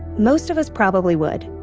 most of us probably would.